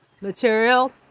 material